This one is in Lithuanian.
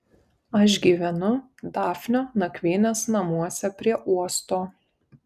aš gyvenu dafnio nakvynės namuose prie uosto